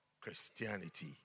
Christianity